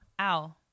ow